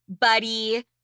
buddy